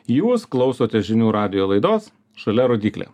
jūs klausote žinių radijo laidos šalia rodyklė